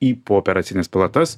į pooperacines palatas